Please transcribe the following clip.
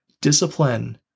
Discipline